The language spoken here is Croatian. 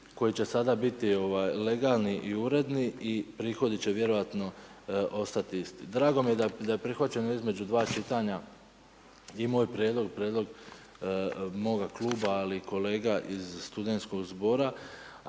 koje će sada biti legalni i uredni i prohodi će vjerojatno ostati isti. Drago mi je da prihvaćeno između dva čitanja i moj prijedlog, prijedlog moga kluba ali i kolega iz Studentskog zbora